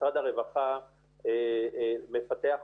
ובמסגרות הרווחה אנחנו רואים שיש יציבות,